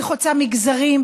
היא חוצה מגזרים,